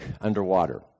underwater